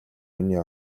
миний